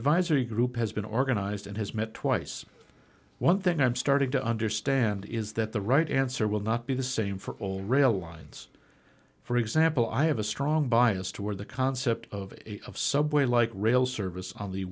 advisory group has been organized and has met twice one thing i'm starting to understand is that the right answer will not be the same for all rail lines for example i have a strong bias toward the concept of a subway like rail service on the